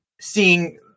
seeing